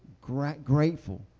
grateful